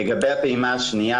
לגבי הפעימה השנייה.